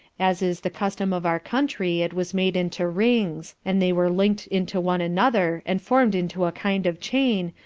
as is the custom of our country, it was made into rings, and they were linked into one another, and formed into a kind of chain,